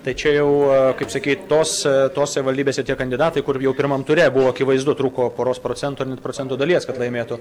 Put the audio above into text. tai čia jau kaip sakyt tos tose savivaldybėse tie kandidatai kur jau pirmam ture buvo akivaizdu trūko poros procentų procento dalies kad laimėtų